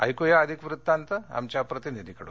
ऐकूया अधिक वृत्तांत आमच्या प्रतिनिधीकडून